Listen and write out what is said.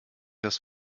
das